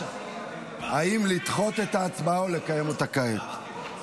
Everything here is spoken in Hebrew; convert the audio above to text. האם לדחות את ההצבעה או לקיים אותה כעת?